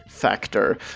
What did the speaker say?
factor